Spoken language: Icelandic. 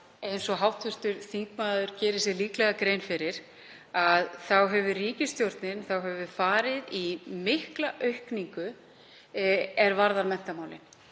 Eins og hv. þingmaður gerir sér líklega grein fyrir hefur ríkisstjórnin farið í mikla aukningu er varðar menntamálin.